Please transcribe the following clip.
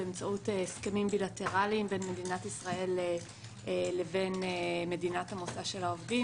באמצעות הסכמים בילטרליים בין מדינת ישראל לבין מדינת המוצא של העובדים.